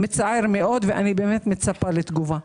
מצער מאוד ואני באמת מצפה לתגובה.